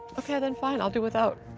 ok, then fine, i'll do without.